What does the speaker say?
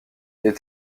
les